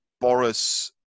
boris